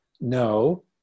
no